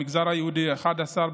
במגזר היהודי 11,